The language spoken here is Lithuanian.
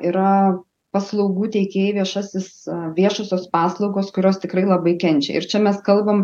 yra paslaugų teikėjai viešasis viešosios paslaugos kurios tikrai labai kenčia ir čia mes kalbam